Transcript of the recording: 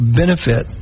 benefit